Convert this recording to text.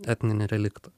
etninį reliktą